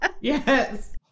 Yes